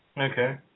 Okay